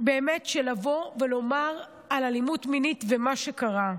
של לבוא ולומר על אלימות מינית ועל מה שקרה.